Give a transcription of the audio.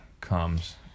comes